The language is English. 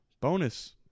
bonus